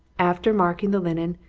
after marking the linen,